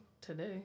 Today